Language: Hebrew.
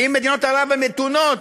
עם מדינות ערב המתונות,